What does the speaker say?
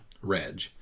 Reg